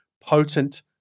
potent